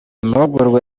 mahugurwa